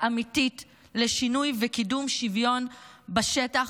אמיתית לשינוי וקידום שוויון בשטח,